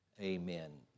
Amen